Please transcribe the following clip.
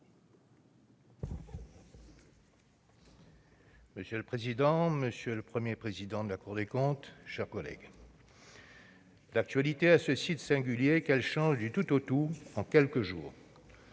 Monsieur le président, monsieur le Premier président de la Cour des comptes, mes chers collègues, l'actualité a ceci de singulier qu'elle peut changer du tout au tout en quelques jours.